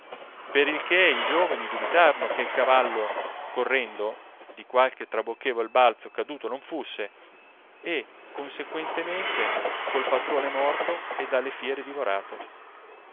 per il che i giovani dubitarono che il cavallo correndo di qualche trabocchevol balzo caduto non fusse e consequentemeute col patrone morto e dalle fiere divorato